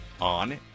on